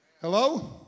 Hello